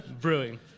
Brewing